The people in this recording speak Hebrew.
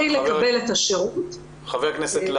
לחל"ת.